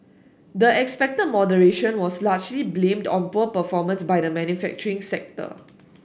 the expected moderation was largely blamed on poor performance by the manufacturing sector